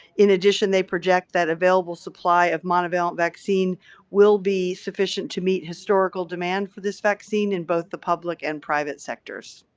in addition, they project that available supply of monovalent vaccine will be sufficient to meet historical demand for this vaccine in both the public and private sectors.